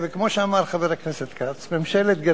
כמו שאמר חבר הכנסת כץ, ממשלת גרמניה,